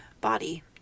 body